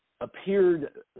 appeared